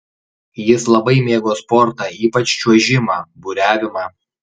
jis labai mėgo sportą ypač čiuožimą buriavimą